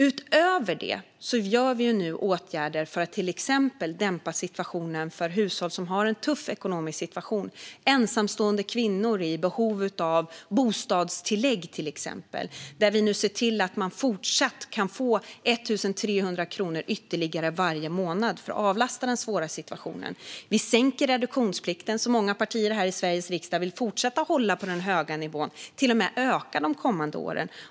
Vi vidtar nu, utöver det, åtgärder för att till exempel dämpa situationen för hushåll som har det tufft ekonomiskt, till exempel ensamstående kvinnor som är i behov av bostadstillägg; vi ser till att man fortsatt kan få 1 300 kronor ytterligare varje månad för att avlasta den svåra situationen. Vi sänker reduktionsplikten, som många partier här i Sveriges riksdag vill fortsätta att hålla på en hög nivå och till och med öka de kommande åren.